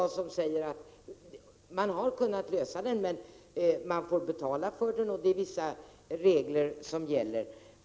Man får betala, och vissa regler gäller.